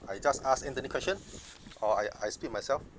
I just ask anthony question or I I speak myself